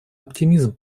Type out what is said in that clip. оптимизм